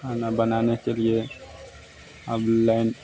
खाना बनाने के लिए अब लेन